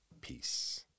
Peace